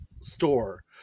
store